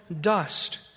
dust